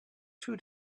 two